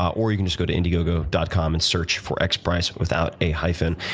or you can just go to indiegogo dot com and search for xprize, without a hyphen.